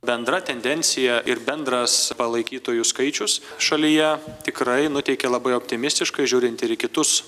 bendra tendencija ir bendras palaikytojų skaičius šalyje tikrai nuteikia labai optimistiškai žiūrinti į kitus